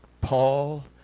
Paul